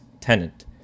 tenant